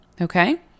Okay